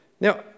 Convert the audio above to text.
Now